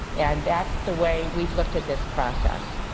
and that's the way we've looked at this process.